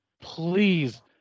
please